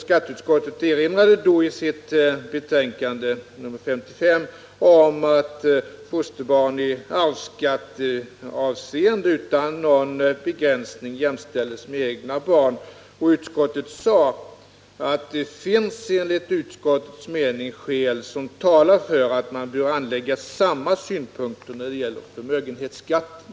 Skatteutskottet erinrade då i sitt betänkande, nr 55, om att fosterbarn i arvsskatteavseende utan någon begränsning jämställs med egna barn, och utskottet uttalade att det enligt utskottets mening finns skäl som talar för att man bör anlägga samma synpunkter när det gäller förmögenhetsskatten.